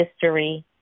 history